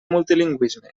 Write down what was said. multilingüisme